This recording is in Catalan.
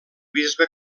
bisbe